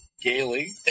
Daily